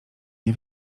nie